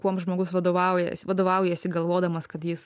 kuom žmogus vadovaujasi vadovaujasi galvodamas kad jis